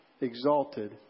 exalted